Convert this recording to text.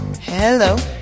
Hello